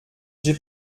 j’ai